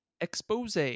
Expose